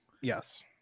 yes